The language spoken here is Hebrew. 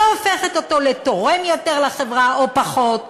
לא הופכת אותו לתורם יותר לחברה או פחות.